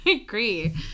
agree